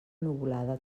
nuvolada